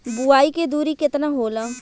बुआई के दूरी केतना होला?